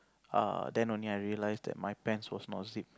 err then only I realise that my pants was not zipped